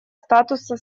статуса